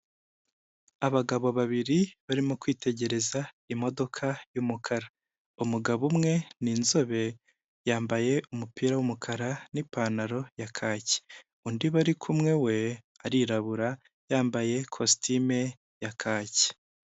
Abagabo babiri barimo kwitegereza imodoka y'umukara. Umugabo umwe ni inzobe, yambaye umupira w'umukara n'ipantaro ya kaki. Undi bari kumwe we arirabura, yambaye kositime ya kaki.